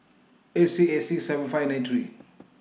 eight six eight six seven five nine three